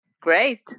Great